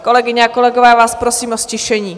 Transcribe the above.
Kolegyně a kolegové, já vás prosím o ztišení!